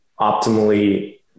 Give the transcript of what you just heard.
optimally